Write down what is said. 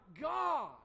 God